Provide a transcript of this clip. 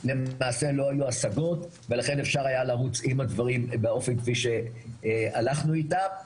למעשה לא היו השגות ולכן אפשר היה לרוץ עם הדברים באופן שבו הלכנו איתם.